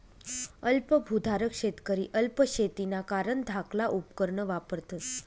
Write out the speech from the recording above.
अल्प भुधारक शेतकरी अल्प शेतीना कारण धाकला उपकरणं वापरतस